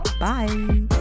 bye